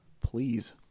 please